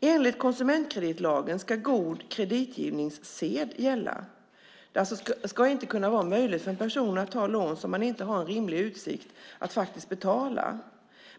Enligt konsumentkreditlagen ska god kreditgivningssed gälla. Det ska alltså inte vara möjligt för en person att ta lån som man inte har rimliga utsikter att betala.